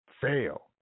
Fail